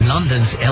London's